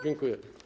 Dziękuję.